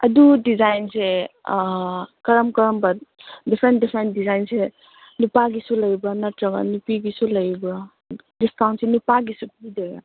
ꯑꯗꯨ ꯗꯤꯖꯥꯏꯟꯁꯦ ꯀꯔꯝ ꯀꯔꯝꯕ ꯗꯤꯐ꯭ꯔꯦꯟ ꯗꯤꯐ꯭ꯔꯦꯟ ꯗꯤꯖꯥꯏꯟꯁꯦ ꯅꯨꯄꯥꯒꯤꯁꯨ ꯂꯩꯕ꯭ꯔꯥ ꯅꯠꯇ꯭ꯔꯒ ꯅꯨꯄꯤꯒꯤꯁꯨ ꯂꯩꯕ꯭ꯔꯥ ꯗꯤꯁꯀꯥꯎꯟꯁꯦ ꯅꯨꯄꯥꯒꯤꯁꯨ ꯄꯤꯗꯣꯏꯔꯥ